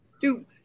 dude